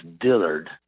Dillard